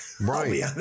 Right